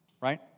Right